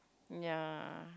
ya